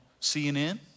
CNN